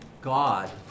God